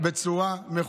שזה יגיע לעניים,